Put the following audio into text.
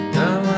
now